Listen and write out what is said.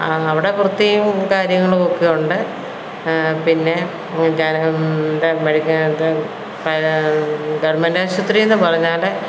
അവിടെ വൃത്തിയും കാര്യങ്ങളുമൊക്കെ ഉണ്ട് പിന്നെ ഗവർമെൻ്റ് ആശുപത്രി എന്ന് പറഞ്ഞാൽ